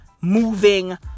moving